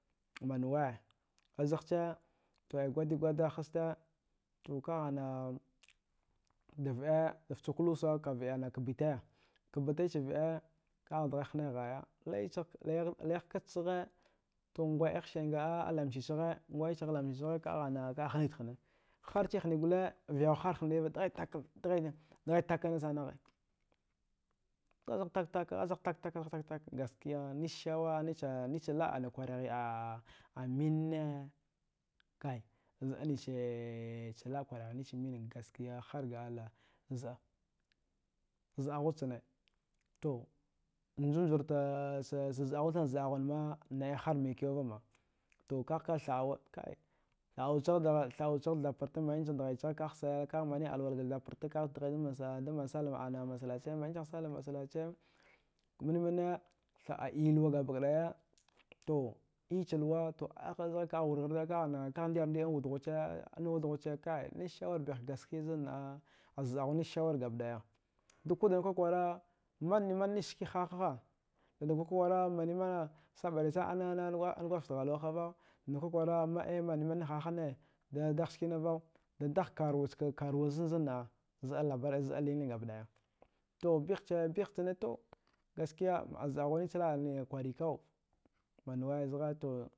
Manuwe izeci, izeci gwadagha, gwada izeta, to kana da fda, fucu luss kafdi beti, kbeti cif vda ka gha dagha da hani ghaya blagha kadze cigha wa'agha shinge, wala cigha namsi, kan hini da hina harci gwan, viyawa harciva gwil ka thtka nickena. Ize tka-tka tke gaskiya nise su-wa ana kwaraghe a mine, kai zida neci a labaci kwarighe nekene mine gaskiya har ga allah zida. Ziduwe cine to nju-juroto zida-zidawe nade har mai kyau ma to ka ka thadwa kai kai thadawa cighe thbrate manici haya, ka sawaya, kaghe mani allwula thabrate ka ha dhaya da man sallah ana muslaci min min tha a iye luwa gaba daya. To iye otse luwa, to azha ka warghaza da mkata wude, nise ghuci, ne ci sawara bigheka a zidhwa gaba daya, to duk ka ka kwara mni mni ski gha ha da b ɓda saboda allah daga na gwazgette halwa va zena nine kwa kwara min mine gha gha daga cineva da dtha karuwane zida zida labari zida, ebehe behjnichena ski zida ghu niqi laba lga ku maniwe zagha